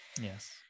Yes